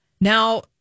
Now